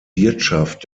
wirtschaft